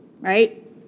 right